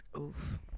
Oof